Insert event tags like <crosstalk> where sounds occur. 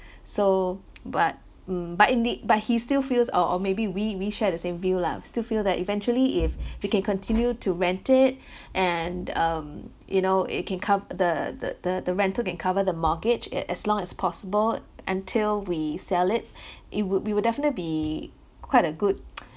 so <noise> but mm but in the but he still feels or or maybe we we share the same view lah we still feel that eventually if we can continue to rent it and um you know it can cov~ the the the the rental can cover the mortgage it as long as possible until we sell it it would we would definitely be quite a good <noise>